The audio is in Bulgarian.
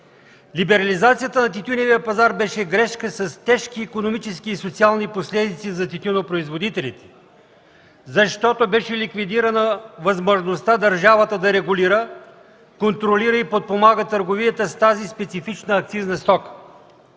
Либерализацията на тютюневия пазар беше грешка с тежки икономически и социални последици за тютюнопроизводителите, защото беше ликвидирана възможността държавата да регулира, контролира и подпомага търговията с тази специфична акцизна стока.